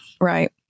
Right